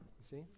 see